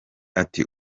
ati